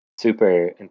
super